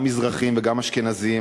גם מזרחים וגם אשכנזים,